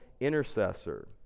intercessor